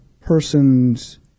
person's